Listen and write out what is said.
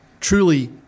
truly